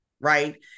right